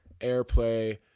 airplay